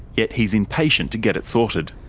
yet he's impatient to get it sorted.